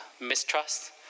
mistrust